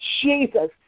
Jesus